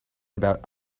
about